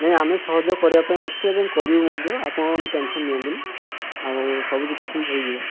ନାଇ ଆମେ ସହଯୋଗ କରିବାପାଇଁ ଅଛୁ ଏବଂ କରିବୁ ମଧ୍ୟ ଆପଣମାନେ ଟେନସନ୍ ନିଅନ୍ତୁନି ଆଉ ସବୁ କିଛି ଠିକ୍ ହେଇଯିବ